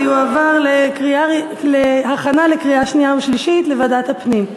והיא תועבר להכנה לקריאה שנייה ושלישית בוועדת הפנים.